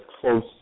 close